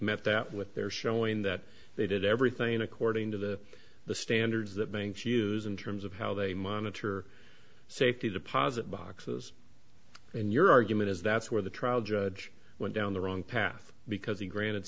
met that with their showing that they did everything according to the standards that banks use in terms of how they monitor safety deposit boxes in your argument is that's where the trial judge went down the wrong path because he granted